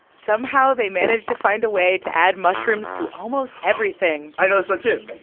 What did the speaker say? somehow they managed to find a way to add mushrooms to almost everything. i know this one, too.